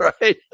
right